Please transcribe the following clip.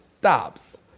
stops